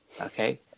okay